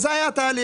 זה היה התהליך.